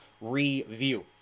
review